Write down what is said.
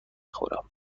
خورم